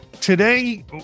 Today